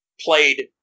played